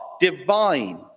divine